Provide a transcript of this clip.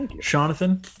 Jonathan